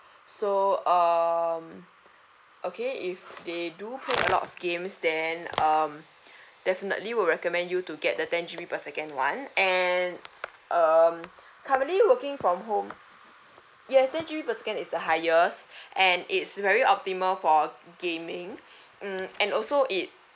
so um okay if they do play a lot of games then um definitely will recommend you to get the ten G_B per second one and um currently working from home yes ten G_B per second is the highest and it's very optimal for gaming um and also it